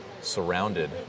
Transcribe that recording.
surrounded